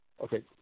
okay